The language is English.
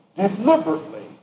deliberately